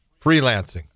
freelancing